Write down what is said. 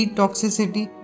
toxicity